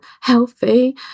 healthy